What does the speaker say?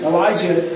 Elijah